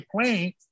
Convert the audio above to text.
playing